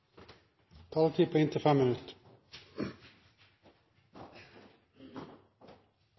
taletid på inntil 3 minutter.